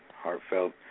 Heartfelt